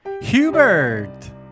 Hubert